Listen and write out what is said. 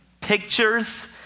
pictures